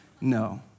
no